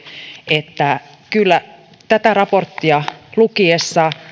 että kyllä tätä raporttia lukiessa